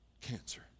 cancer